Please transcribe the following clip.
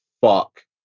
fuck